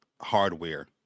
hardware